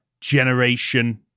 generation